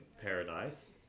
Paradise